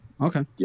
Okay